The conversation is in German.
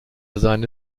seine